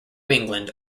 england